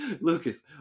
Lucas